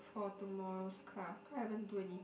for tomorrow's class cause I haven't do anything